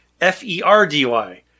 F-E-R-D-Y